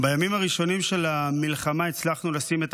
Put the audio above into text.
בימים הראשונים של המלחמה הצלחנו לשים את